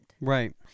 Right